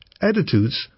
attitudes